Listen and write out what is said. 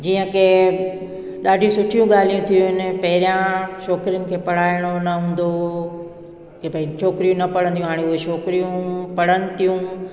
जीअं की ॾाढी सुठियूं ॻाल्हियूं थियूं आहिनि पहिरियां छोकिरीयुनि खे पढ़ाइणो न हूंदो हुओ की भई छोकिरियूं न पढ़ंदियूं हाणे उहे छोकिरियूं पढ़नि थियूं